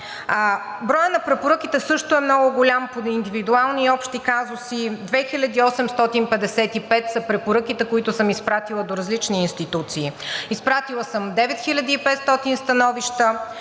Броят на препоръките също е много голям – по индивидуални и общи казуси – 2855 са препоръките, които съм изпратила до различни институции. Изпратила съм 9500 становища.